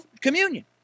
communion